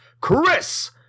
Chris